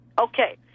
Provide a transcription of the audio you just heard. Okay